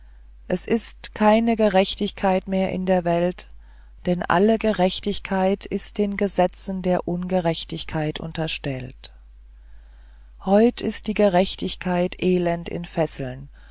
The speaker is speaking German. es ist keine gerechtigkeit mehr in der welt denn alle gerechtigkeit ist den gesetzen der ungerechtigkeit unterstellt heut ist die gerechtigkeit elend in fesseln